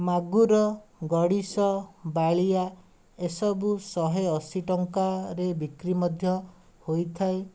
ମାଗୁର ଗଡ଼ିଶ ବାଳିଆ ଏସବୁ ଶହେ ଅଶୀ ଟଙ୍କାରେ ବିକ୍ରି ମଧ୍ୟ ହୋଇଥାଏ